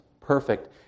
perfect